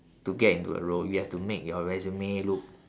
to get into a role you have to make your resume look